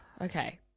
okay